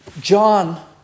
John